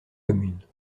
communes